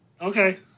Okay